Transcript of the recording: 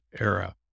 era